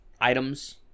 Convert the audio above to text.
items